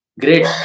great